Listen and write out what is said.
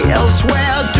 elsewhere